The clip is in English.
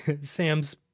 Sam's